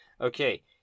Okay